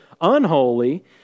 unholy